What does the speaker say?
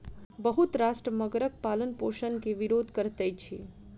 बहुत राष्ट्र मगरक पालनपोषण के विरोध करैत अछि